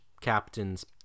captain's